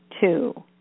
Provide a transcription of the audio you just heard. two